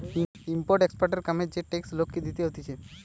import exporter কামে যে tax লোককে দিতে হতিছে